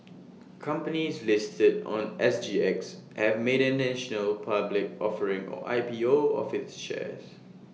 companies listed on S G X have made an initial public offering or I P O of its shares